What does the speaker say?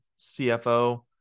CFO